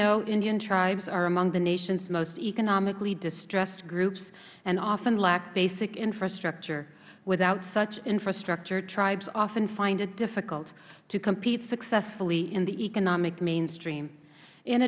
know indian tribes are among the nation's most economically distressed groups and often lack basic infrastructure without such infrastructure tribes often find it difficult to compete successfully in the economic mainstream in